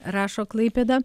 rašo klaipėda